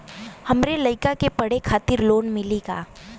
हमरे लयिका के पढ़े खातिर लोन मिलि का?